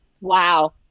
Wow